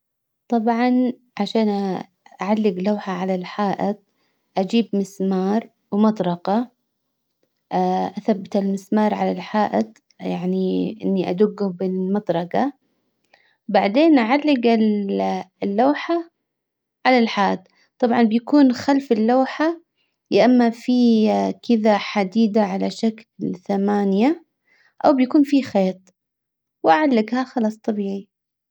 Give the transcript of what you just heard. طبعا عشان اه اعلق لوحة على الحائط. اجيب مسمار ومطرقة. اه اثبت المسمار على الحائط. يعني اني ادقه بالمطرقة. بعدين اعلق اللوحة. على الحاد. طبعا بيكون خلف اللوحة يا اما في كذا حديدة على شكل ثمانية او بيكون في خيط. واعلقه ا خلاص طبيعي